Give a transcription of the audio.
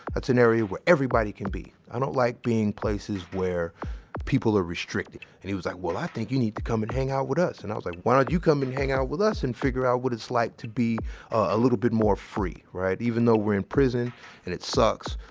that's an area where everybody can be. i don't like being places where people are restricted. and he was like, well, i think you need to come and hang out with us. and i was like, why don't you come and hang out with us and figure out what it's like to be a little bit more free, right? even though we're in prison and it sucks,